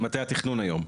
מטה התכנון היום,